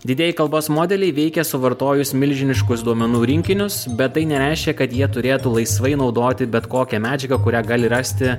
didieji kalbos modeliai veikia suvartojus milžiniškus duomenų rinkinius bet tai nereiškia kad jie turėtų laisvai naudoti bet kokią medžiagą kurią gali rasti